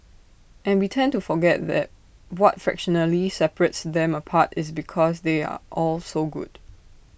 and we tend to forget that what fractionally separates them apart is because they are all so good